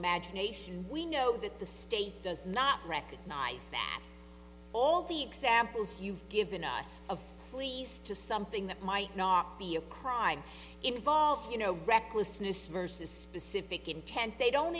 imagination we know that the state does not recognize that all the examples you've given us of police to something that might not be a crime involve you know recklessness versus specific intent they don't